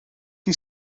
chi